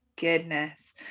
goodness